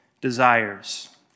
desires